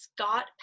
Scott